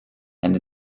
and